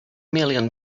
million